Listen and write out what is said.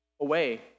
away